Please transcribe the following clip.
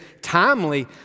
timely